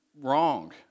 wrong